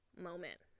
moment